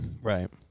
Right